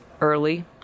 early